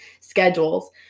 schedules